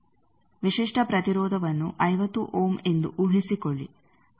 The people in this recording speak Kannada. ವಿಶಿಷ್ಟ ಪ್ರತಿರೋಧವನ್ನು 50 ಓಮ್ ಎಂದು ಊಹಿಸಿಕೊಳ್ಳಿ